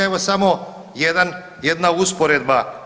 Evo, samo jedna usporedba.